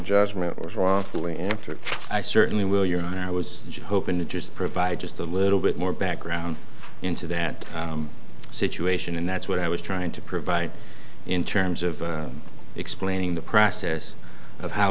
judgment was wrongfully after i certainly will your honor i was hoping to just provide just a little bit more background into that situation and that's what i was trying to provide in terms of explaining the process of how